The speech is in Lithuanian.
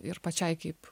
ir pačiai kaip